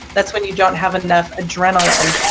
that's when you don't have enough adrenaline.